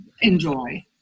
enjoy